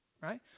right